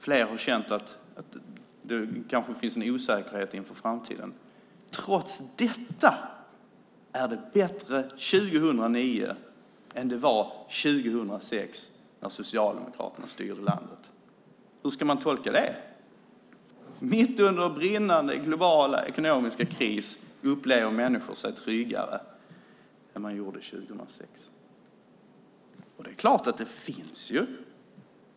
Fler har kanske känt en osäkerhet inför framtiden. Trots detta är det bättre 2009 än det var 2006 när Socialdemokraterna styrde landet. Hur ska man tolka det? Mitt under en brinnande global ekonomisk kris upplever människor sig tryggare än de gjorde 2006.